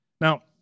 Now